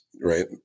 right